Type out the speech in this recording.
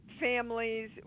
families